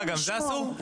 מה, גם זה אסור?